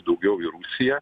daugiau į rusiją